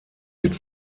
wird